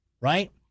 right